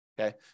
Okay